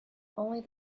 only